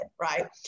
Right